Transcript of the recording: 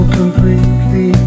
completely